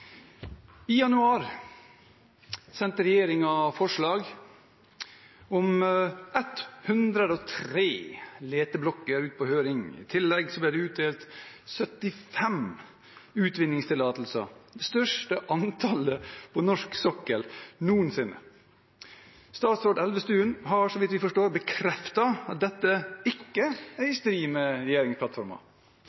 januar sendte regjeringen forslag om 103 leteblokker ut på høring. I tillegg ble det tildelt 75 utvinningstillatelser, det største antallet på norsk sokkel noensinne. Statsråd Elvestuen har så vidt vi forstår, bekreftet at dette ikke er